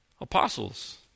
apostles